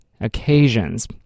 occasions